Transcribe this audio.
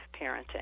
parenting